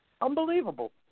Unbelievable